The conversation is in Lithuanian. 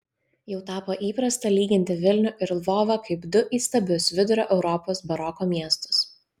jau tapo įprasta lyginti vilnių ir lvovą kaip du įstabius vidurio europos baroko miestus